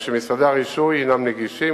הרי שמשרדי הרישוי הם נגישים,